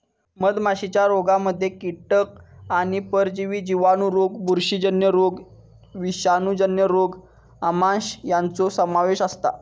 मधमाशीच्या रोगांमध्ये कीटक आणि परजीवी जिवाणू रोग बुरशीजन्य रोग विषाणूजन्य रोग आमांश यांचो समावेश असता